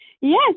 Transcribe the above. yes